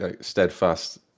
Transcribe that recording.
Steadfast